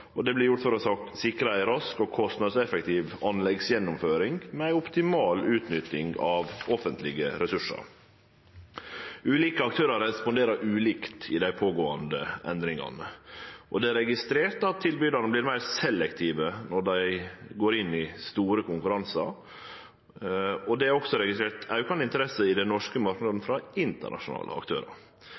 gjort for å sikre ei rask og kostnadseffektiv anleggsgjennomføring med ei optimal utnytting av offentlege ressursar. Ulike aktørar responderer ulikt på dei pågåande endringane, og det er registrert at tilbydarane vert meir selektive når dei går inn i store konkurransar. Det er også registrert ei aukande interesse for den norske marknaden frå internasjonale aktørar.